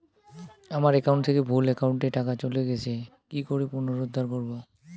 আমার একাউন্ট থেকে ভুল একাউন্টে টাকা চলে গেছে কি করে পুনরুদ্ধার করবো?